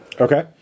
Okay